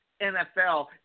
NFL